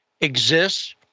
exists